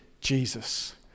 jesus